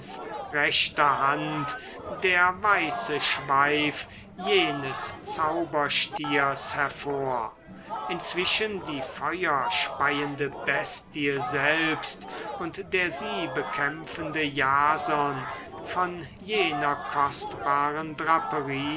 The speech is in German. rechter hand der weiße schweif jenes zauberstiers hervor inzwischen die feuerspeiende bestie selbst und der sie bekämpfende iason von jener kostbaren draperie